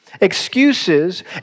excuses